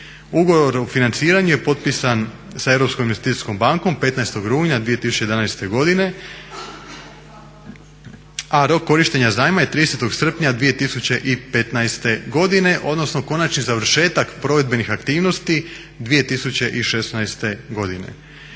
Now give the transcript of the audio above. Ugovor o financiranju je potpisan sa Europskom investicijskom bankom 15. rujna 2011. godine, a rok korištenja zajma je 30. srpnja 2015. godine, odnosno konačni završetak provedbeni aktivnosti 2016. godine.